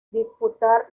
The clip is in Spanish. disputar